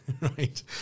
right